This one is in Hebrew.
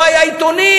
לא היו עיתונים,